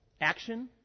Action